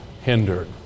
hindered